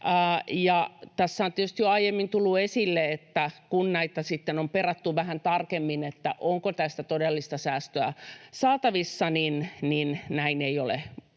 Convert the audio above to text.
Tässä on tietysti jo aiemmin tullut esille, että kun sitten on perattu vähän tarkemmin, onko tästä todellista säästöä saatavissa, niin näin ei ole